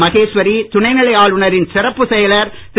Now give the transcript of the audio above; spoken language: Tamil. மகேஸ்வரி துணை நிலை ஆளுநரின் சிறப்பு செயலர் திரு